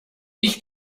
ich